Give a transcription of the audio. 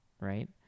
right